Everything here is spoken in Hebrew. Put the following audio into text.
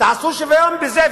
תעשו שוויון בזה,